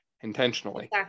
intentionally